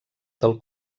del